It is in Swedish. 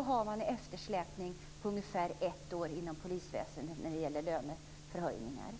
har man en eftersläpning på ungefär ett år inom polisväsendet när det gäller lönehöjningar.